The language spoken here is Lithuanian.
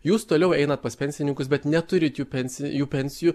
jūs toliau einat pas pensininkus bet neturit jų pensi jų pensijų